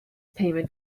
payment